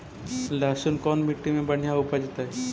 लहसुन कोन मट्टी मे बढ़िया उपजतै?